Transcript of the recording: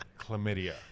chlamydia